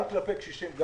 גם כלפי קשישים.